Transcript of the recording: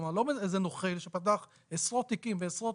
כלומר לא איזה נוכל שפתח עשרות תיקים בעשרות